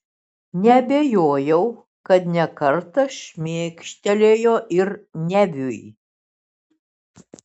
neabejojau kad ne kartą šmėkštelėjo ir neviui